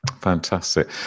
Fantastic